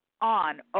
on